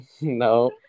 No